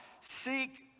Seek